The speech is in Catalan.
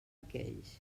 aquells